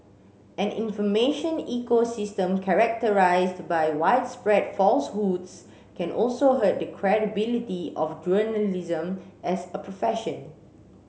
an information ecosystem characterised by widespread falsehoods can also hurt the credibility of journalism as a profession